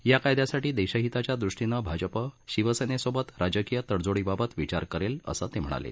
या कायद्यासाठी देशहिताच्या दृष्टीनं भाजप शिवसेनेसोबत राजकीय तडजोडीबाबत विचार करेल असं ते म्हणाले